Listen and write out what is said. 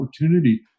opportunity